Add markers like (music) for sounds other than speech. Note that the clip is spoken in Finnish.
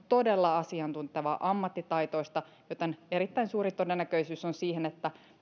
(unintelligible) todella asiantuntevaa ammattitaitoista joten erittäin suuri todennäköisyys on siihen että